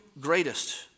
greatest